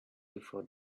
before